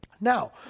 Now